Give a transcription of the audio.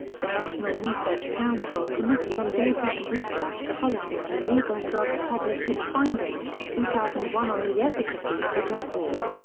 the national research council committee on data and research for policy on illegal drugs published its findings in two thousand and one on the efficacy of the drug war.